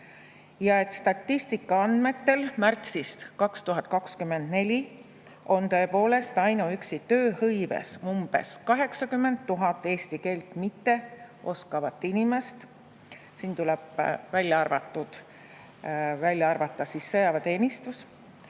ja et statistika andmetel märtsist 2024 on tõepoolest ainuüksi tööhõives umbes 80 000 eesti keelt mitteoskavat inimest. Siit tuleb välja arvata sõjaväeteenistus.